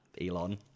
Elon